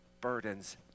burdens